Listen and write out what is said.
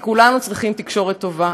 כי כולנו צריכים תקשורת טובה.